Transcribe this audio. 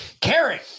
Karen